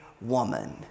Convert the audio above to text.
woman